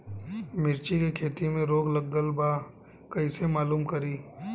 मिर्ची के खेती में रोग लगल बा कईसे मालूम करि?